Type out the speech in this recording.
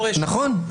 נכון.